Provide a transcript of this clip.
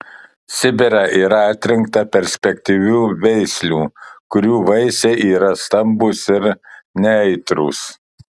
sibire yra atrinkta perspektyvių veislių kurių vaisiai yra stambūs ir neaitrūs